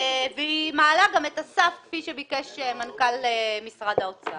והיא מעלה גם את הסף כפי שביקש מנכ"ל משרד האוצר.